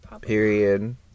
Period